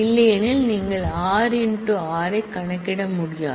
இல்லையெனில் நீங்கள் r × r ஐ கணக்கிட முடியாது